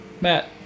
Matt